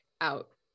out